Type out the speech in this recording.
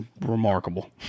remarkable